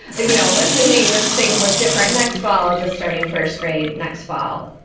you know, assuming things look different next fall, just starting first grade next fall.